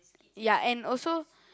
ya and also